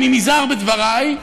אני נזהר בדברי.